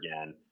again